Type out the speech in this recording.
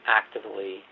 actively